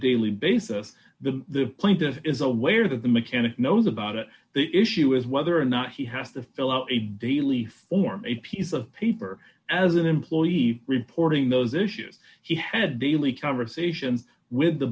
daily basis that the plaintiff is aware that the mechanic knows about it the issue is whether or not he has to fill out a daily form a piece of paper as an employee reporting those issues he had daily conversation with the